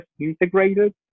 integrated